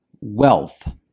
wealth